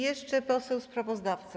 Jeszcze poseł sprawozdawca.